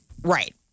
Right